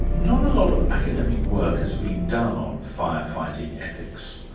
not a lot of academic work has been done on firefighting ethics.